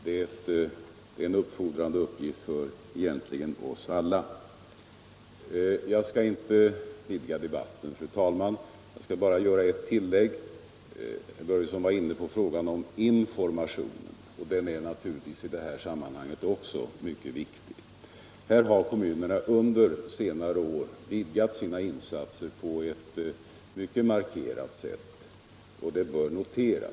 Det är en uppfordrande uppgift för — egentligen — oss alla. Jag skall inte vidga debatten, fru talman, utan bara göra ett tillägg. Herr Börjesson var inne på frågan om informationen, och den är naturligtvis i detta sammanhang också mycket viktig. Kommunerna har under senare år vidgat sina insatser på ett markant sätt, och det bör noteras.